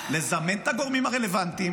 לזמן את הגורמים הרלוונטיים